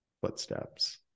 footsteps